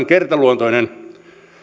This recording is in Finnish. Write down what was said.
kertaluontoinen